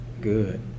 good